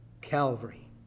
Calvary